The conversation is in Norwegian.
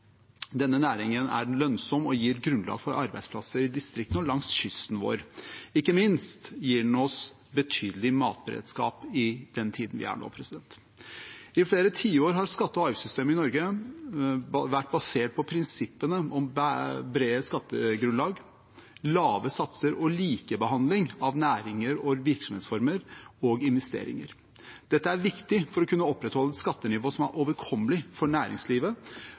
Denne næringen er lønnsom og gir grunnlag for arbeidsplasser i distriktene langs kysten vår. Ikke minst gir den oss betydelig matberedskap i den tiden vi er i nå. I flere tiår har skatte- og avgiftssystemet i Norge vært basert på prinsippene om brede skattegrunnlag, lave satser og likebehandling av næringer, virksomhetsformer og investeringer. Dette er viktig for å kunne opprettholde et skattenivå som er overkommelig for næringslivet